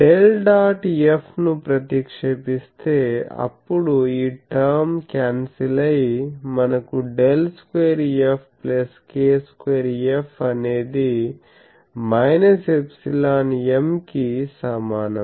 F ను ప్రతిక్షేపిస్తే అప్పుడు ఈ టర్మ్ క్యాన్సిల్ అయి మనకు ∇2 Fk2F అనేది ∈M కి సమానం